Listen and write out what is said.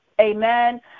amen